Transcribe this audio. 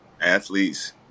athletes